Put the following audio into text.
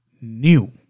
new